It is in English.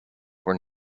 were